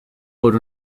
por